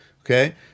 Okay